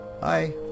Hi